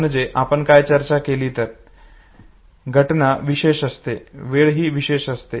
म्हणजे आपण काय चर्चा केली तर घटना विशेष असते वेळ ही विशेष असते